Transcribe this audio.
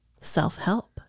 self-help